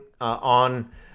on